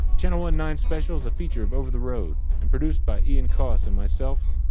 channel one-nine special is a feature of over the road, and produced by ian coss and myself,